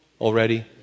already